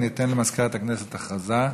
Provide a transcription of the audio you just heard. ניתן למזכירת הכנסת להודיע הודעה.